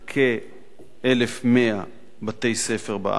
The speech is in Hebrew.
בכ-1,100 בתי-ספר בארץ.